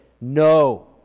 no